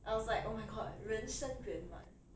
I was like oh my god 人生圆满